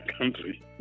country